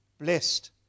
blessed